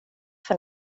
för